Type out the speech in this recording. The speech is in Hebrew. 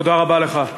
תודה רבה לך.